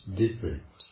different